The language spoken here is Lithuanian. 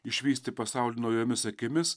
išvysti pasaulį naujomis akimis